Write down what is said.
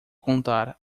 contar